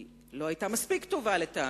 היא לא היתה מספיק טובה לטעמי,